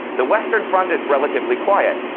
the western front is relatively quiet,